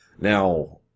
Now